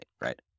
Right